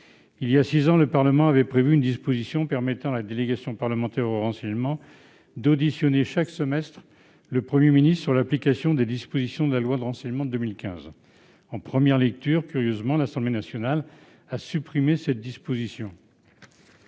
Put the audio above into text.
Voilà six ans, le Parlement avait prévu une disposition permettant à la délégation parlementaire au renseignement d'auditionner, chaque semestre, le Premier ministre sur l'application des dispositions de la loi du 24 juillet 2015 relative au renseignement. En première lecture, curieusement, l'Assemblée nationale a supprimé cette disposition.